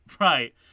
Right